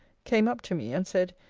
came up to me, and said,